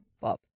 Bob